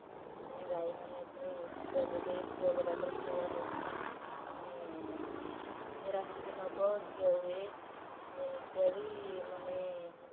ମାନେ ଗାଈମାନେ ପୁଣି କ୍ଷୀର ଦେବେ କ୍ଷୀର ଦେଲାପରେ ଷ୍ଟୋର୍ ହୁଏ ମାନେ ମାନେ ଫେର୍ ଆସିକି ନେବ ଘିଅ ହୁଏ ମାନେ ଇତ୍ୟାଦି ମାନେ